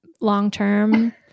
long-term